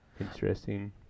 interesting